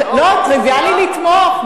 לא, טריוויאלי לתמוך.